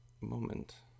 moment